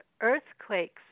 earthquakes